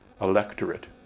electorate